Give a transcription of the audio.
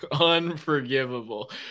Unforgivable